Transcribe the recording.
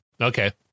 okay